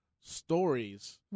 stories